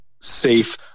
safe